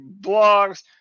Blogs